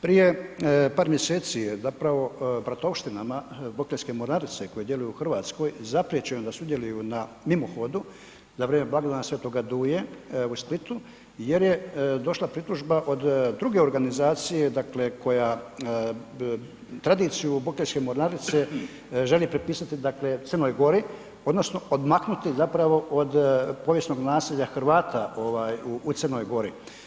Prije par mjeseci je zapravo bratovštinama Bokeljske mornarice koja djeluje u Hrvatskoj zapriječeno da sudjeluju na mimohodu za vrijeme blagdana Sv. Duje u Splitu jer je došla pritužba od druge organizacije dakle koja tradiciju Bokeljske mornarice želi prepisati dakle Crnoj Gori odnosno odmaknuti zapravo od povijesnog naselja Hrvata ovaj u Crnoj Gori.